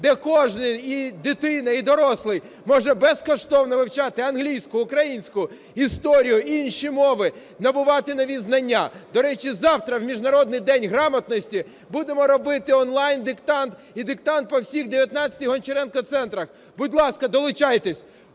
де кожний, і дитина, і дорослий, може безкоштовно вивчати англійську, українську, історію, інші мови, набувати нові знання. До речі, завтра у Міжнародний день грамотності будемо робити онлайн-диктант і диктант по всіх 19 "Гончаренко центрах". Будь ласка, долучайтесь.